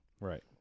Right